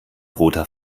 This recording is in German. roter